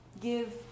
give